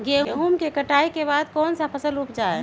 गेंहू के कटाई के बाद कौन सा फसल उप जाए?